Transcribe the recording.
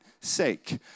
sake